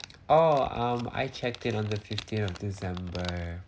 oh um I checked in on the fifteen of december